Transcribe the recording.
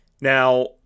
Now